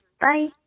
Bye